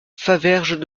faverges